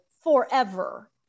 forever